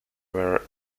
were